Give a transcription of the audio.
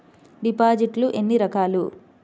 డిపాజిట్లు ఎన్ని రకాలు?